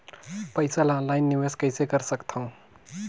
पईसा ल ऑनलाइन निवेश कइसे कर सकथव?